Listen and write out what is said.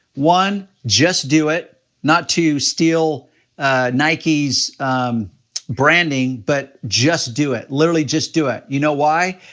one, just do it. not to steal nike's branding, but just do it. literally, just do it. you know why?